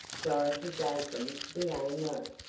dorothy gave them the a note,